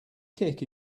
kick